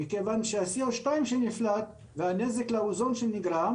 מכיוון שה-Co2 שנפלט והנזק לאוזון שנגרם